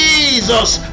Jesus